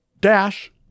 Dash